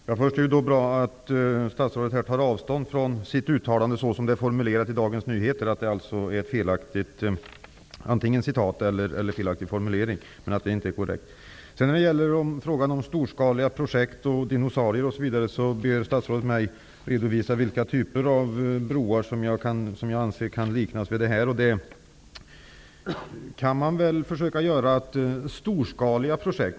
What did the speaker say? Herr talman! Det är bra att statsrådet tar avstånd från uttalandet så som det är formulerat i Dagens Nyheter. Det är alltså ett felaktigt citat eller en felaktig formulering. Statsrådet ber mig redovisa vilka broar som jag anser kan liknas vid dinosaurier. Det kan jag väl försöka göra.